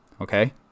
okay